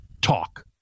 talk